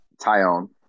Tyone